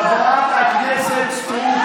חבר הכנסת טיבי.